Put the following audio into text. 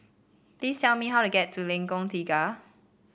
please tell me how to get to Lengkok Tiga